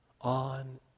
On